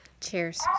cheers